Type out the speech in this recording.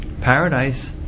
Paradise